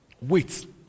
Wait